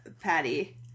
Patty